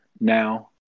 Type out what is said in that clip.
now